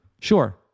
Sure